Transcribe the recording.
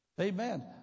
Amen